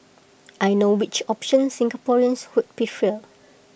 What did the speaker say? I know which option Singaporeans would prefer